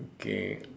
okay